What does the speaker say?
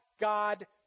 God